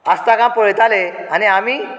आसता काय पळयतालें आनी आमी